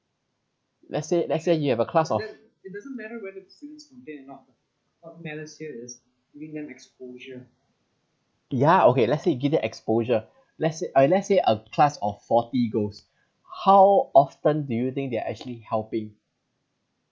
let's say let's say you have a class of yeah okay let's say you give it exposure let's say uh let's say a class of forty goes how often do you think they are actually helping